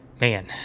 Man